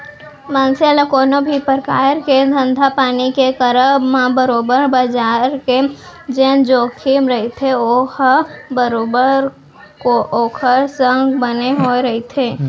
मनसे ल कोनो भी परकार के धंधापानी के करब म बरोबर बजार के जेन जोखिम रहिथे ओहा बरोबर ओखर संग बने होय रहिथे